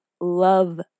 love